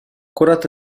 كرة